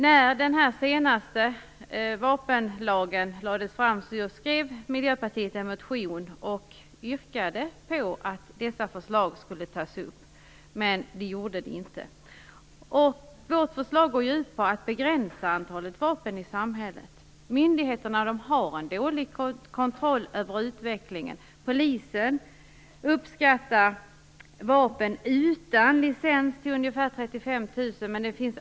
När förslaget till den senaste vapenlagen lades fram skrev Miljöpartiet en motion och yrkade att dessa förslag skulle tas upp. Men det gjordes inte. Vårt förslag går ut på att begränsa antalet vapen i samhället. Myndigheterna har dålig kontroll över utvecklingen. Polisen uppskattar att det finns ungefär 35 000 vapen utan licens.